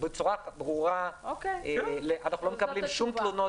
בצורה ברורה, אנחנו לא מקבלים שום תלונות.